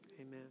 Amen